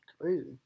crazy